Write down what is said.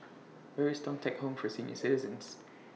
Where IS Thong Teck Home For Senior Citizens